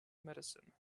medicine